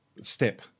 step